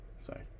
Sorry